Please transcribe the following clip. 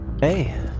Hey